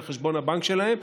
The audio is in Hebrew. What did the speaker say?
לחשבון הבנק שלהם,